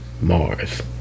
Mars